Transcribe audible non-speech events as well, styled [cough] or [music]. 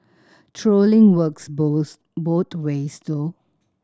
trolling works both [unintelligible] ways though